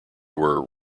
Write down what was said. were